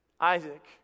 Isaac